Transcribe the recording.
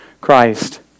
Christ